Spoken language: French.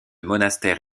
monastère